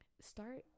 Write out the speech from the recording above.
start